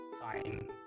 Sign